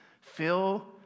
Fill